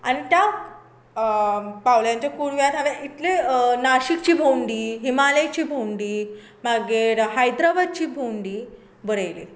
आनी त्या पावलांच्या कुरव्यांत हांवें इतले नाशिकची भोंवडि हिमालयची भोवंडी मागीर हैद्रबादची भोवंडी बरयले